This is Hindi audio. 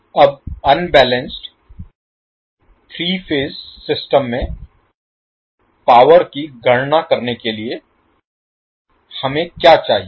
अब अनबैलेंस्ड 3 फेज सिस्टम में पावर की गणना करने के लिए हमें क्या चाहिए